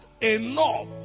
enough